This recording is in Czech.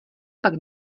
pak